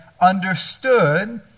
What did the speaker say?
understood